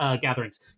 gatherings